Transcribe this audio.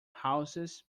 houses